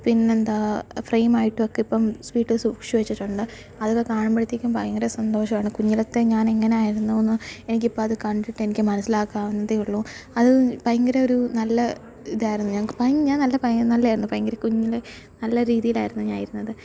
പിന്നെന്താ ഫ്രെയിം ആയിട്ടൊക്കെ ഇപ്പം വീട്ടിൽ സൂക്ഷിച്ചുവെച്ചിട്ടുണ്ട് അതു കാണുമ്പോഴത്തേക്കും ഭയങ്കര സന്തോഷമാണ് കുഞ്ഞിലത്തെ ഞാന് എങ്ങനെ ആയിരുന്നുവെന്ന് എനിക്ക് ഇപ്പോൾ അതു കണ്ടിട്ട് എനിക്ക് മനസ്സിലാക്കാകുന്നതേയുള്ളൂ അതില് ഭയങ്കര ഒരു നല്ല ഇതായിരുന്നു ഞങ്ങൾ ഞാന് പയ നല്ല നല്ലതായിരുന്നു ഭയങ്കര കുഞ്ഞിലെ നല്ല രീതിയിലായിരുന്നു ഞാന് ഇരുന്നത്